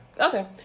Okay